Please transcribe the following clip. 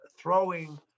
throwing